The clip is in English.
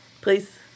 Please